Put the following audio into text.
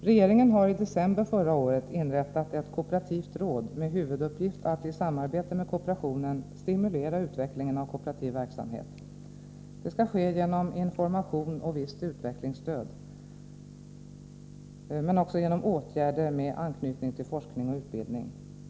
Regeringen har i december förra året inrättat ett kooperativt råd med huvuduppgift att i samarbete med kooperationen stimulera utvecklingen av kooperativ verksamhet. Detta skall ske genom information och visst utvecklingsstöd men också genom åtgärder med speciell anknytning till forskning och utbildning.